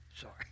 Sorry